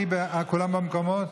כולם במקומות?